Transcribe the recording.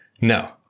No